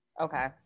Okay